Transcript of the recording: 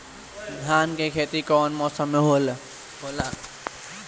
धान के खेती कवन मौसम में होला?